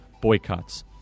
boycotts